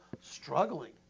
struggling